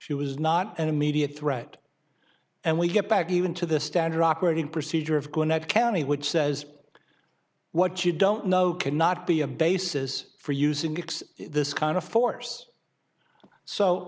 she was not an immediate threat and we get back even to the standard operating procedure of cornet county which says what you don't know cannot be a basis for using this kind of force so